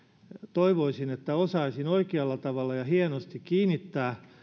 toivoisin että osaisin oikealla tavalla ja hienosti kiinnittää